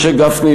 משה גפני,